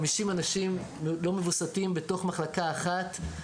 50 אנשים לא מווסתים בתוך מחלקה אחת,